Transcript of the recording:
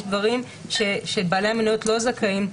יש דברים שבעלי המניות לא זכאים.